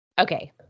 okay